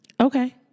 okay